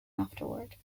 afterward